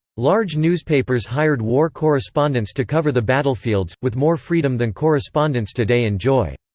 large newspapers hired war correspondents to cover the battlefields, with more freedom than correspondents today enjoy.